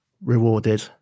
rewarded